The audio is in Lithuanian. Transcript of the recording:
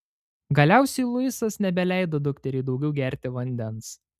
galiausiai luisas nebeleido dukteriai daugiau gerti vandens